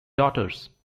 daughters